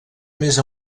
més